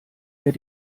der